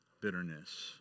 bitterness